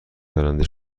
برنده